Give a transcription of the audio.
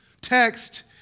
text